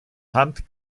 hand